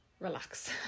relax